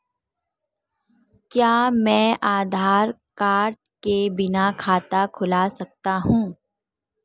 क्या मैं आधार कार्ड के बिना खाता खुला सकता हूं?